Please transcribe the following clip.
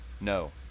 No